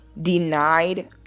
denied